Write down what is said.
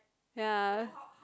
ya